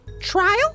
trial